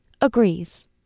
agrees